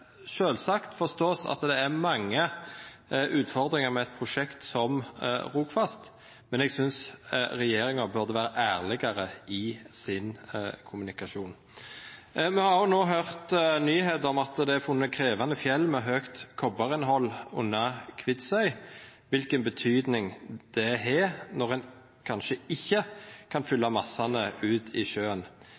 sjølvsagt forstå at det er mange utfordringar med eit prosjekt som Rogfast, men eg synest regjeringa burde vera ærlegare i sin kommunikasjon. Me har no høyrt nyheiter om at det er funne krevjande fjell med høgt kobberinnhald under Kvitsøy. Kva betyding det har, når ein kanskje ikkje kan fylla massane ut i